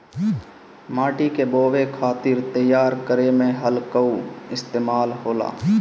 माटी के बोवे खातिर तैयार करे में हल कअ इस्तेमाल होला